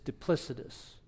duplicitous